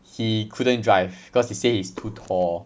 he couldn't drive because he say he's too tall